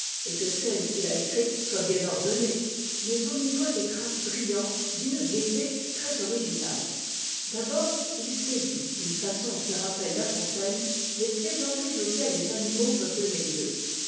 et que celles qu'it a écrites soient bien ordonnées mais on y voit des traces brillan tes d'une gaieté très originale d'abord il saisit d'un façon qui rappelle la fontaine les plaisanteries auxquelles les animaux peuvent donner lieu